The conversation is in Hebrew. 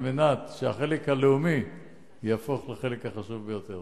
על מנת שהחלק הלאומי יהפוך לחלק החשוב ביותר.